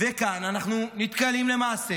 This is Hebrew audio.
כאן אנחנו נתקלים למעשה